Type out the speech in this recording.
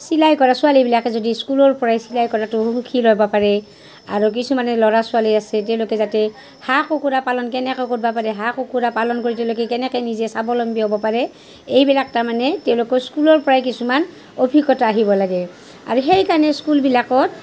চিলাই কৰা ছোৱালীবিলাকে যদি স্কুলৰ পৰাই চিলাই কৰাটো শিকি ল'বা পাৰে আৰু কিছুমানে ল'ৰা ছোৱালী আছে তেওঁলোকে যাতে হাঁহ কুকুৰা পালন কেনেকে কৰবা পাৰে হাঁহ কুকুৰা পালন কৰি তেওঁলোকে কেনেকে নিজে স্বাৱলম্বী হ'ব পাৰে এইবিলাক তাৰমানে তেওঁলোকৰ স্কুলৰ পৰাই কিছুমান অভিজ্ঞতা আহিব লাগে আৰু সেইকাৰণে স্কুলবিলাকত